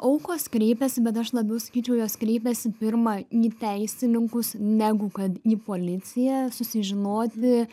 aukos kreipiasi bet aš labiau sakyčiau jos kreipiasi pirma į teisininkus negu kad į policiją susižinoti